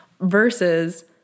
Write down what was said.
versus